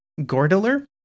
Gordeler